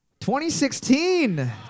2016